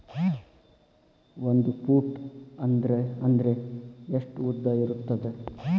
ಒಂದು ಫೂಟ್ ಅಂದ್ರೆ ಎಷ್ಟು ಉದ್ದ ಇರುತ್ತದ?